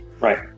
Right